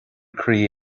croí